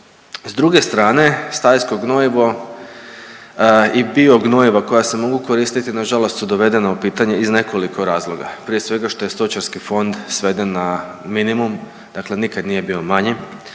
S druge strane stajsko gnojivo i bio gnojiva koja se mogu koristiti nažalost su dovedena u pitanje iz nekoliko razloga, prije svega što je stočarski fond sveden na minimum, dakle nikad nije bio manji,